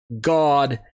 god